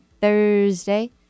Thursday